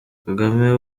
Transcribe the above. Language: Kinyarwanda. kagame